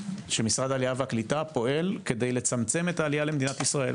שמשרד העלייה והקליטה פועל כדי לצמצם את העלייה למדינת ישראל